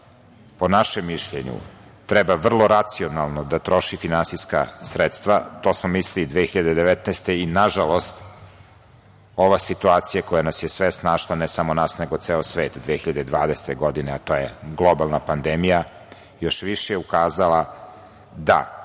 po našem mišljenju treba vrlo racionalno da troši finansijska sredstva, to smo mislili i 2019. godine i nažalost ova situacija koja nas je sve snašla, ne samo nas nego ceo svet 2020. godine, a to je globalna pandemija, još više je ukazala da